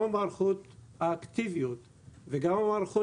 גם המערכות האקטיביות וגם המערכות